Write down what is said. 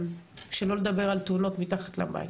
שלא לדבר על תאונות מתחת לבית.